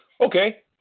okay